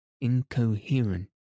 incoherent